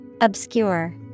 Obscure